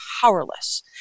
powerless